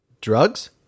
Drugs